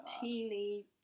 teeny